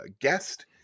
guest